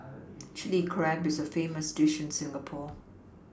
Chilli Crab is a famous dish in Singapore